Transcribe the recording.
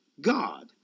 God